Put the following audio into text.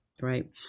Right